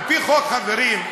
על-פי חוק, חברים,